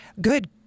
good